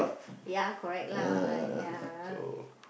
ya correct lah I ya ah